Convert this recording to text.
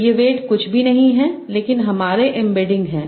तो ये वेट कुछ भी नहीं हैं लेकिन हमारे एम्बेडिंग हैं